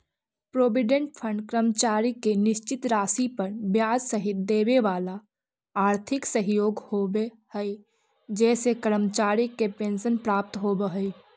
provident fund कर्मचारी के निश्चित राशि पर ब्याज सहित देवेवाला आर्थिक सहयोग होव हई जेसे कर्मचारी के पेंशन प्राप्त होव हई